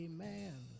Amen